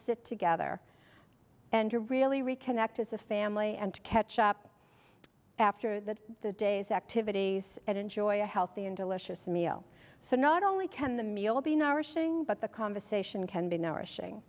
sit together and to really reconnect as a family and catch up after the day's activities and enjoy a healthy and delicious meal so not only can the meal be nourishing but the conversation can be nourishing